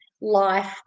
life